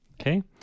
Okay